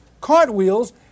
cartwheels